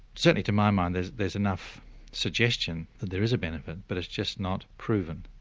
certainly to my mind there's there's enough suggestion that there is a benefit but it's just not proven.